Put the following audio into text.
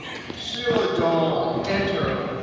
sheliadawn. enter.